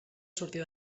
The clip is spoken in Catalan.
sortir